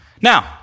Now